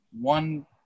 one-